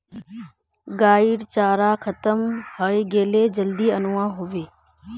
गाइर चारा खत्म हइ गेले जल्दी अनवा ह बे